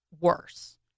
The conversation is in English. worse